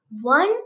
one